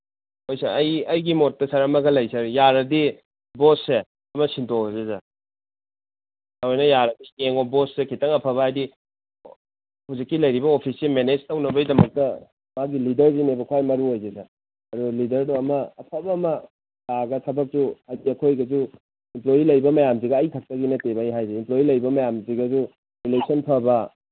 ꯍꯣꯏ ꯁꯥꯔ ꯑꯩ ꯑꯩꯒꯤ ꯃꯣꯠꯇ ꯁꯥꯔ ꯑꯃꯒ ꯂꯩ ꯁꯥꯔ ꯌꯥꯔꯗꯤ ꯕꯣꯁꯁꯦ ꯑꯃ ꯁꯤꯟꯇꯣꯛꯑꯁꯦ ꯁꯥꯔ ꯊꯑꯣꯏꯅ ꯌꯥꯔꯗꯤ ꯌꯦꯡꯉꯣ ꯕꯣꯁꯁꯦ ꯈꯤꯇꯪ ꯑꯐꯕ ꯍꯥꯏꯗꯤ ꯍꯧꯖꯤꯛꯀꯤ ꯂꯩꯔꯤꯕ ꯑꯣꯐꯤꯁꯁꯤ ꯃꯦꯅꯦꯁ ꯇꯧꯅꯕꯩꯗꯃꯛꯇ ꯃꯥꯒꯤ ꯂꯤꯗꯔꯁꯤꯅꯦꯕ ꯈ꯭ꯋꯥꯏ ꯃꯔꯨꯑꯣꯏꯔꯤꯁꯦ ꯁꯥꯔ ꯑꯗꯨ ꯂꯤꯗꯔꯗꯨ ꯑꯃ ꯑꯐꯕ ꯑꯃ ꯂꯥꯛꯑꯒ ꯊꯕꯛꯇꯨ ꯍꯥꯏꯗꯤ ꯑꯩꯈꯣꯏꯒꯤꯁꯨ ꯏꯝꯄ꯭ꯂꯣꯏꯌꯤ ꯂꯩꯔꯤꯕ ꯃꯌꯥꯝꯁꯤꯒ ꯑꯩꯈꯛꯇꯒꯤ ꯅꯠꯇꯦꯕ ꯑꯩ ꯍꯥꯏꯁꯦ ꯏꯝꯄ꯭ꯂꯣꯏꯌꯤ ꯂꯩꯔꯤꯕ ꯃꯌꯥꯝꯁꯤꯒꯁꯨ ꯔꯤꯂꯦꯁꯟ ꯐꯕ